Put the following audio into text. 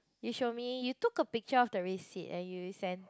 you show me you took a picture of the receipt and you send